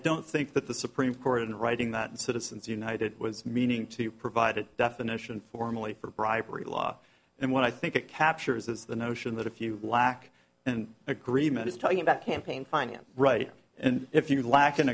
don't think that the supreme court in writing that citizens united was meaning to provide it definition formally for bribery law and what i think it captures is the notion that if you lack an agreement is talking about campaign finance right and if you lack